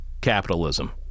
capitalism